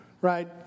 right